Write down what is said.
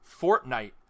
Fortnite